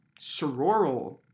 sororal